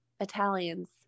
Italians